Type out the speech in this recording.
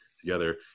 together